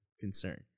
concern